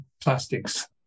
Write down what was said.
plastics